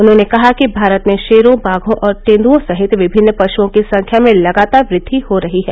उन्होंने कहा कि भारत में शेरों बाघों और तेंदुओं सहित विभिन्न पशुओं की संख्या में लगातार वृद्वि हो रही है